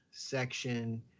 section